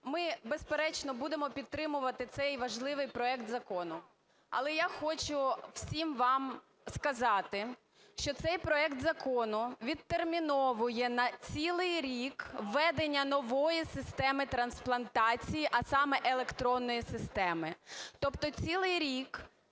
ми, безперечно, будемо підтримувати цей важливий проект закону, але я хочу всім вам сказати, що цей проект закону відтерміновує на цілий рік ведення нової системи трансплантації, а саме електронної системи. Тобто цілий рік